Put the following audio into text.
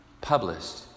published